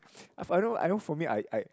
of I know I know for me I I